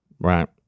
Right